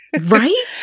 Right